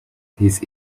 his